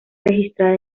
registrada